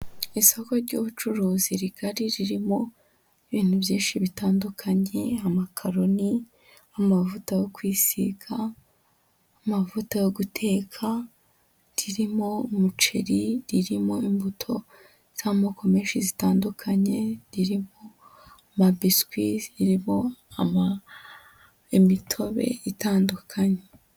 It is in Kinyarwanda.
Isoko ry'ubucuruzi rigari ririmo bintu byinshi bitandukanye, amakaroni, amavuta yo kwisiga, amavuta yo guteka, ririmo umuceri, ririmo imbuto z'amoko menshi zitandukanye, ririmo amabiswi ririmo imitobe itandukanye.